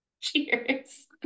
Cheers